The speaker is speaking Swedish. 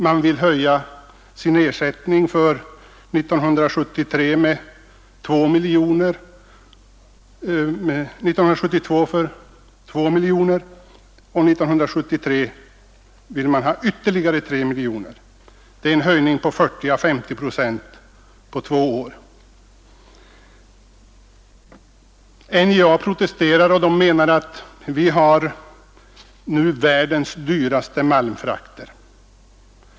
Man vill höja ersättningen för 1972 med 2 miljoner kronor och för 1973 med ytterligare 3 miljoner kronor — alltså en höjning på 40 å 50 procent på två år. NJA protesterar och anser att järnverket redan nu har världens dyraste malmfrakter.